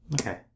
Okay